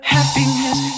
Happiness